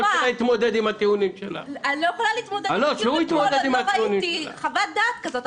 אני לא יכולה להתמודד עם הטיעונים כל עוד לא ראיתי חוות דעת כזאת.